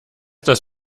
dass